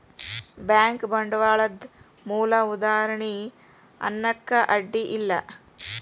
bank ಬಂಡ್ವಾಳದ್ ಮೂಲ ಉದಾಹಾರಣಿ ಅನ್ನಾಕ ಅಡ್ಡಿ ಇಲ್ಲಾ